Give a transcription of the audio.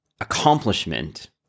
accomplishment